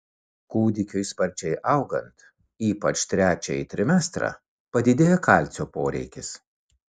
kūdikiui sparčiai augant ypač trečiąjį trimestrą padidėja kalcio poreikis